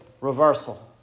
reversal